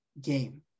game